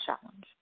challenge